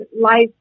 life